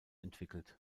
entwickelt